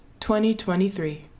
2023